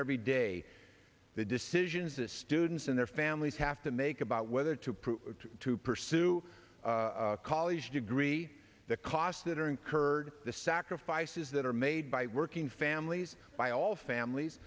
every day the decisions the students in their fam we have to make about whether to prove to pursue a college degree the costs that are incurred the sacrifices that are made by working families by all families